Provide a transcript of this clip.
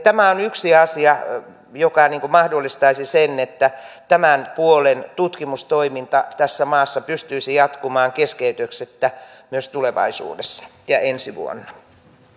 tämä on yksi asia joka mahdollistaisi sen että tämän puolen tutkimustoiminta tässä maassa pystyisi jatkumaan keskeytyksettä myös tulevaisuudessa ja ensi vuonna